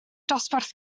dosbarth